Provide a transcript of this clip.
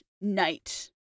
night